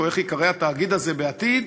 או איך שייקרא התאגיד הזה בעתיד,